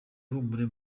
ihumure